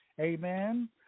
Amen